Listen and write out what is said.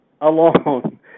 alone